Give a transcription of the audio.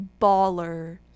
baller